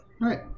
Right